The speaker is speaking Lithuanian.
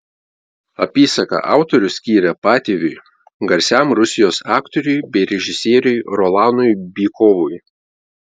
apysaką autorius skyrė patėviui garsiam rusijos aktoriui bei režisieriui rolanui bykovui